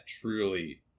truly